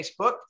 Facebook